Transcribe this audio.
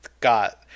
got